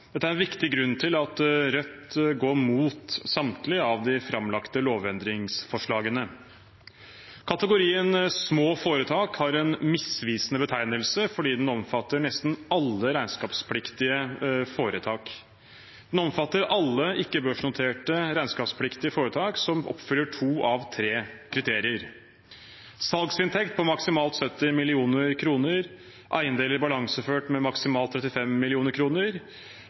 er en viktig grunn til at Rødt går imot samtlige av dem. Kategorien små foretak har en misvisende betegnelse fordi den omfatter nesten alle regnskapspliktige foretak. Den omfatter alle ikke-børsnoterte regnskapspliktige foretak som oppfyller to av tre kriterier – en salgsinntekt på maksimalt 70 mill. kr, eiendeler balanseført med maksimalt 35